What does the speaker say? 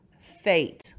fate